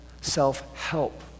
self-help